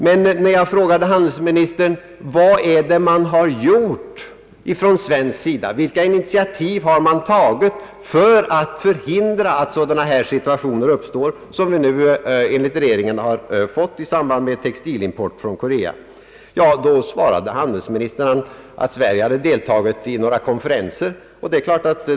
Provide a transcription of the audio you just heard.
Men när jag frågade handelsministern om vilka initiativ man hade tagit för att förhindra att det uppstår sådana situationer, som vi nu enligt regeringens uttalanden fått i samband med textilimporten från Korea, anförde handelsministern bara, att Sverige hade deltagit i några konferenser.